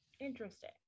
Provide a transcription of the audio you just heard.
interesting